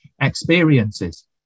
experiences